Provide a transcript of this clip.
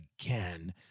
again